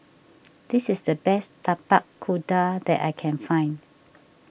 this is the best Tapak Kuda that I can find